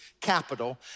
capital